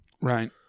right